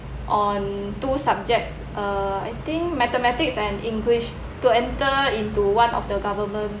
on two subjects uh I think mathematics and english to enter into one of the government